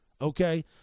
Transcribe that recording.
Okay